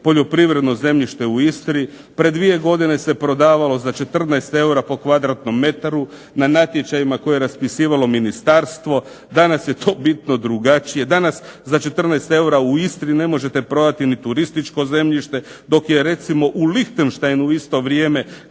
poljoprivredno zemljište u Istri. Pred dvije godine se prodavalo za 14 eura po kvadratnom metru, na natječajima koje je raspisivalo ministarstvo, danas je to bitno drugačije. Danas za 14 eura u Istri ne možete prodati ni turističko zemljište. Dok je recimo u Lihtenštajnu u isto vrijeme